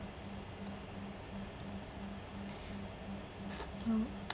mm